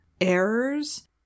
errors